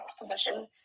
position